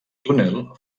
túnel